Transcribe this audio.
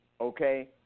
okay